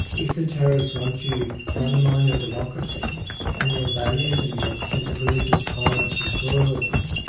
if the terrorists want you to undermine your democracy and your values and your sense of religious tolerance and pluralism,